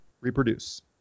reproduce